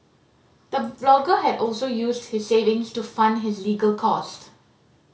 the blogger had also used his savings to fund his legal cost